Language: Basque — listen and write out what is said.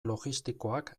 logistikoak